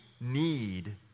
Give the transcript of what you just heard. need